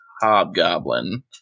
hobgoblin